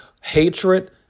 Hatred